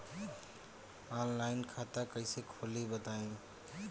Online खाता कइसे खोली बताई?